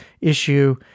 issue